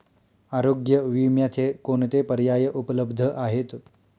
आरोग्य विम्याचे कोणते पर्याय उपलब्ध आहेत?